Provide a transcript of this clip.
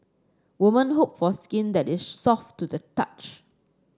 women hope for skin that is soft to the touch